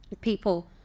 people